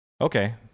okay